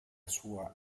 sua